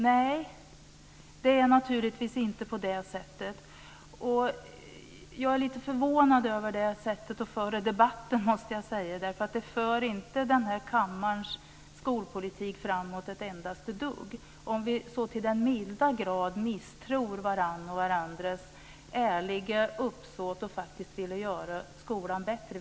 Nej, det är naturligtvis inte på det sättet. Jag måste säga att jag är lite förvånad över det sättet att föra debatten. Det för inte skolpolitiken här i kammaren framåt ett dugg om vi så till den milda grad misstror varandra och varandras ärliga uppsåt att göra skolan bättre.